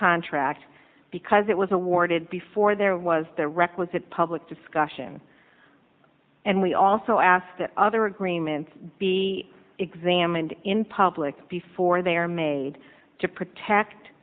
contract because it was awarded before there was the requisite public discussion and we also asked the other agreements be examined in public before they are made to protect